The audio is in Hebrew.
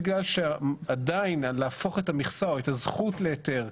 הוא בגלל שעדיין להפוך את המכסה או את הזכות להיתר,